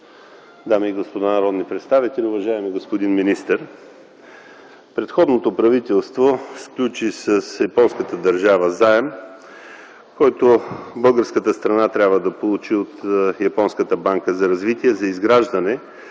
уважаеми господа народни представители! Уважаеми господин министър, предходното правителство сключи с японската държава заем, който българската страна трябва да получи от Японската банка за развитие за изграждане